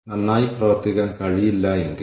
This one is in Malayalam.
അപ്പോൾ ഒരുപക്ഷേ അത് നല്ലതാണ്